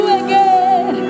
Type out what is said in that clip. again